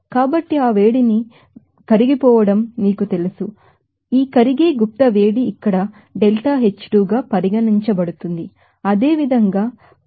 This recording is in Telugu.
కాబట్టి ఆ వేడిని మీకు తెలుసు కరిగిపోవడం మీకు తెలుసు కాబట్టి ఈ కరిగే సెన్సిబిల్ హీట్ఇక్కడ ΔH2 పరిగణించబడుతుంది అదే విధంగా ఆ 42